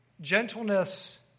gentleness